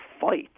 fight